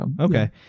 okay